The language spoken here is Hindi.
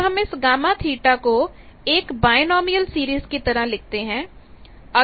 अब हम इस Γ θ को एक बायनॉमिनल सीरीज की तरह लिखते हैं